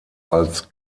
als